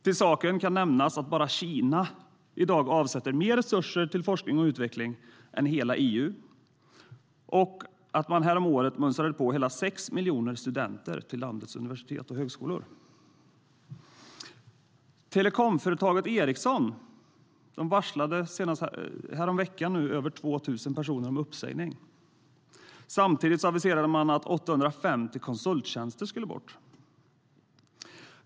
Till saken kan nämnas att bara Kina i dag avsätter mer resurser till forskning och utveckling än hela EU och att man häromåret mönstrade på hela 6 miljoner studenter till landets universitet och högskolor. Telekomföretaget Ericsson varslade senast häromveckan över 2 000 personer om uppsägning samtidigt som man aviserade att 850 konsulttjänster ska bort.